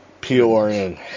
P-O-R-N